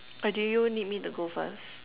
or do you need me to go first